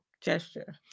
gesture